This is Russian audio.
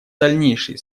дальнейшие